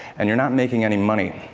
and you're not making any money.